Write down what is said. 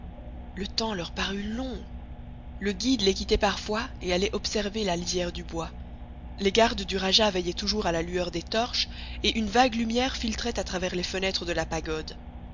le temps leur parut long le guide les quittait parfois et allait observer la lisière du bois les gardes du rajah veillaient toujours à la lueur des torches et une vague lumière filtrait à travers les fenêtres de la pagode